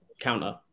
counter